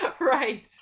Right